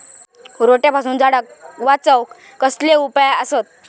रोट्यापासून झाडाक वाचौक कसले उपाय आसत?